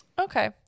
Okay